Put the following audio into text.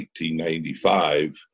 1995